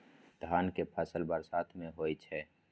धान के फसल बरसात में होय छै?